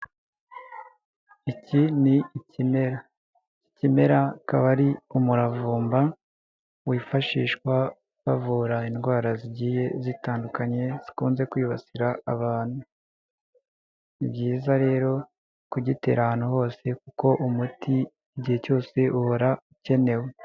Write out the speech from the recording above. Iki ni ikimera, ikimera akaba ari umuravumba wifashishwa bavura indwara zigiye zitandukanye zikunze kwibasira abantu, ni byiza rero kugitera ahantu hose kuko umuti igihe cyose uhora ukenewe.